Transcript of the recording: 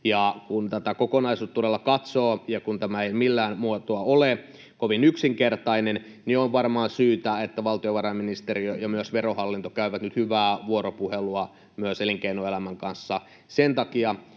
Kun tätä kokonaisuutta todella katsoo ja kun tämä ei millään muotoa ole kovin yksinkertainen, niin on varmaan syytä, että valtiovarainministeriö ja myös Verohallinto käyvät nyt hyvää vuoropuhelua myös elinkeinoelämän kanssa sen takia,